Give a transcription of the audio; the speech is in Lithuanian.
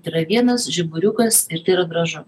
tai yra vienas žiburiukas ir tai gražu